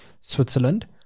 Switzerland